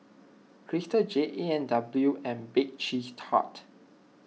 Crystal Jade A and W and Bake Cheese Tart